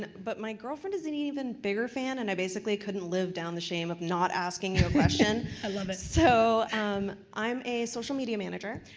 but my girlfriend is an even bigger fan, and i basically couldn't live down the shame of not asking you a question. i love it. so um i'm a social media manager,